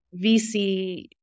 VC